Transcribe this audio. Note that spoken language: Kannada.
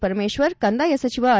ಪರಮೇಶ್ವರ್ ಕಂದಾಯ ಸಚಿವ ಆರ್